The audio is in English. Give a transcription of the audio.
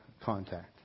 contact